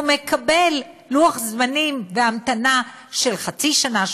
והוא מקבל לוח זמנים בהמתנה של חצי שנה,